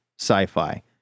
sci-fi